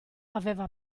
aveva